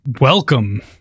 Welcome